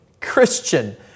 Christian